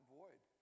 void